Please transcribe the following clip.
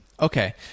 Okay